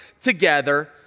together